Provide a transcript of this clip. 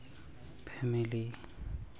family